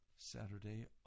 saturday